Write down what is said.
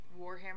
Warhammer